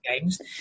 games